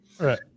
Right